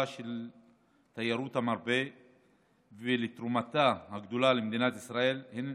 של תיירות המרפא ולתרומתה הגדולה למדינת ישראל הן